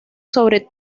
sobre